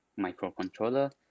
microcontroller